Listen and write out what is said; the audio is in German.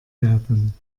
werden